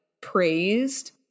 praised